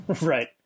Right